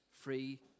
free